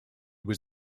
was